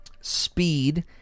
speed